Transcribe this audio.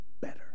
better